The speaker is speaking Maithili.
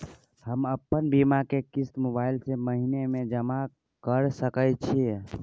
हम अपन बीमा के किस्त मोबाईल से महीने में जमा कर सके छिए?